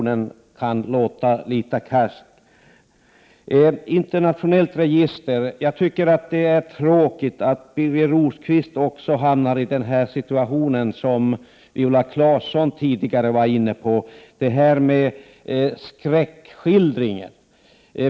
Beträffande ett internationellt register: Det är tråkigt att också Birger Rosqvist kommer in på det som Viola Claesson tidigare var inne på, olika skräckskildringar.